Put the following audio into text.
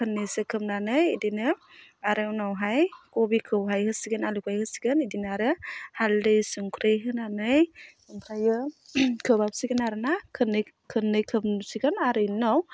खोबनोसै खोबनानै बिदिनो आरो उनावहाय खबिखौहाय होसिगोन आलुखौहाय होसिगोन बिदिनो आरो हालदै संख्रि होनानै ओमफ्राय खोबहाबसिगोन आरोना खननै खननै खोबसिगोन आरो बिनि उनाव